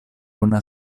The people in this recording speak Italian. una